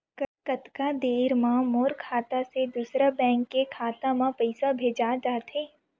कतका देर मा मोर खाता से दूसरा बैंक के खाता मा पईसा भेजा जाथे?